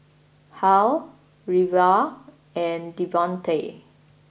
Hal Reva and Devante